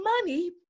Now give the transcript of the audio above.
money